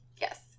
Yes